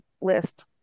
list